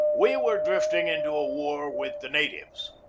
we were drifting into a war with the natives.